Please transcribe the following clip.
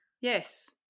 Yes